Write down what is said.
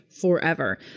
forever